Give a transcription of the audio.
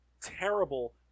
terrible